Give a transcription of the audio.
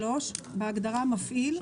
בהגדרה "מפעיל",